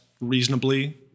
reasonably